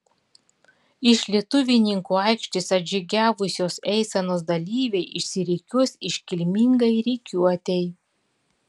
iš lietuvininkų aikštės atžygiavusios eisenos dalyviai išsirikiuos iškilmingai rikiuotei